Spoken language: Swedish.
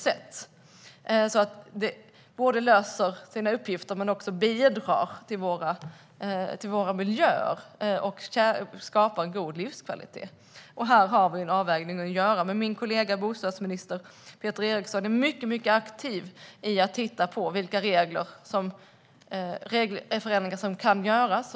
Den ska lösa sina uppgifter, bidra till våra miljöer och skapa god livskvalitet. Här finns en avvägning att göra. Min kollega bostadsminister Peter Eriksson är mycket aktiv med att titta på vilka regelförändringar som kan göras.